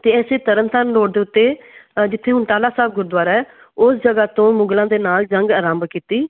ਅਤੇ ਇਸੇ ਤਰਨ ਤਾਰਨ ਰੋਡ ਦੇ ਉੱਤੇ ਅ ਜਿੱਥੇ ਹੁਣ ਟਾਹਲਾ ਸਾਹਿਬ ਗੁਰਦੁਆਰਾ ਹੈ ਉਸ ਜਗ੍ਹਾ ਤੋਂ ਮੁਗਲਾਂ ਦੇ ਨਾਲ ਜੰਗ ਆਰੰਭ ਕੀਤੀ